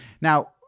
Now